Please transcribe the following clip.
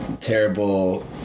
terrible